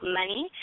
money